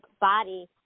body